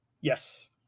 yes